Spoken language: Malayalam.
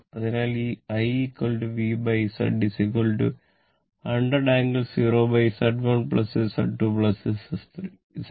അതിനാൽ ഈ I VZ 100 ∟0Z1 Z2 Z 3